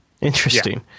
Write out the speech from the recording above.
Interesting